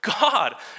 God